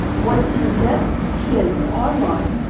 once you get kids online,